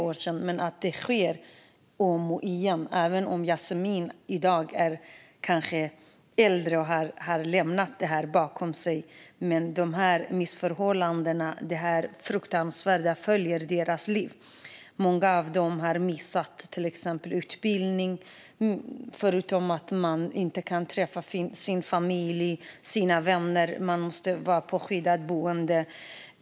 Men detta sker även nu. Även om Yasmine i dag är äldre och har lämnat detta bakom sig följer dessa missförhållanden och detta fruktansvärda med dessa flickor i deras liv. Många av dem har missat till exempel utbildning, och de kan inte träffa sin familj och sina vänner eftersom de måste vara på ett skyddat boende.